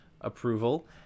approval